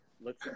Look